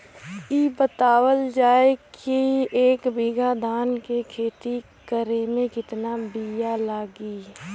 इ बतावल जाए के एक बिघा धान के खेती करेमे कितना बिया लागि?